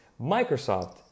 Microsoft